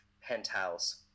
penthouse